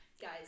guys